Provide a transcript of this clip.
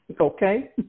Okay